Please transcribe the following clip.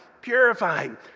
purifying